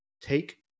Take